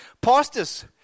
pastors